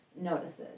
notices